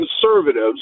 conservatives